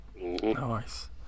Nice